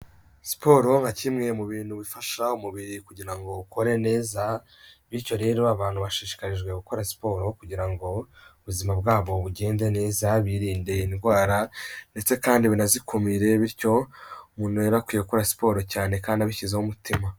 Siporo nka kimwe mu bintu bifasha umubiri kugira ngo ukore neza, bityo rero abantu bashishikarijwe gukora siporo kugira ngo ubuzima bwabo bugende neza, birinde indwara ndetse kandi banazikumire bityo umuntu yari akwiye gukora siporo cyane kandi abishyizeho umutima.